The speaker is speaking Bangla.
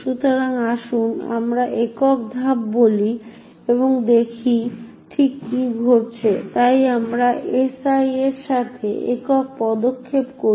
সুতরাং আসুন আমরা একক ধাপ বলি এবং দেখি ঠিক কি ঘটছে তাই আমরা si এর সাথে একক পদক্ষেপ করি